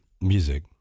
music